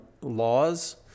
laws